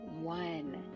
one